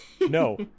no